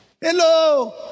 Hello